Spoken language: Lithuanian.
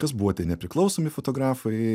kas buvo tie nepriklausomi fotografai